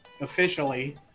officially